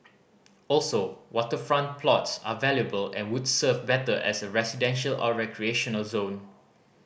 also waterfront plots are valuable and would serve better as a residential or recreational zone